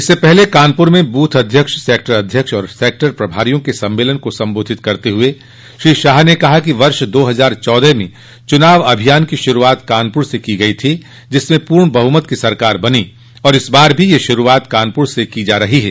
इससे पूर्व कानपुर में बूथ अध्यक्ष सेक्टर अध्यक्ष और सेक्टर प्रभारियो के सम्मेलन को संबोधित करते हुए श्री शाह ने कहा कि वर्ष दो हजार चौदह में चुनाव अभियान की शुरूआत कानपुर से की गई थी जिसमें पूर्ण बहुमत की सरकार बनी और इस बार भी यह शुरूआत कानपुर से की जा रही है